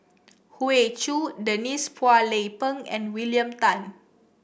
Hoey Choo Denise Phua Lay Peng and William Tan